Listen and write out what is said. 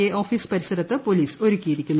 A office പരിസരത്ത് police ഒരുക്കിയിരിക്കുന്നത്